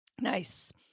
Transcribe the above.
Nice